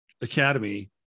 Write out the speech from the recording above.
Academy